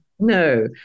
No